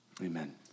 amen